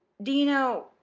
do you know,